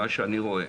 ממה שאני רואה.